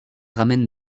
ramène